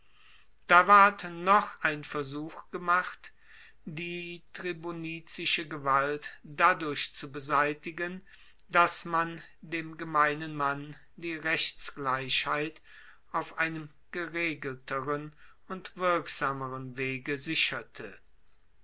da ward noch ein versuch gemacht die tribunizische gewalt dadurch zu beseitigen dass man dem gemeinen mann die rechtsgleichheit auf einem geregelteren und wirksameren wege sicherte